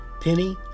Penny